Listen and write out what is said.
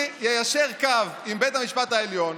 אני איישר קו עם בית המשפט העליון,